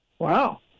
Wow